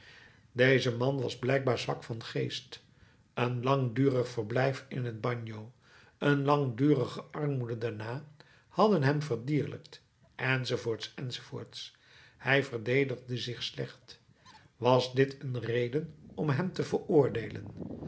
deze man was blijkbaar zwak van geest een langdurig verblijf in het bagno een langdurige armoede daarna hadden hem verdierlijkt enz enz hij verdedigde zich slecht was dit een reden om hem te veroordeelen